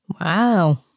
Wow